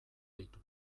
ditu